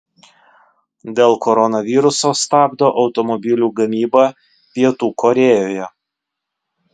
dėl koronaviruso stabdo automobilių gamybą pietų korėjoje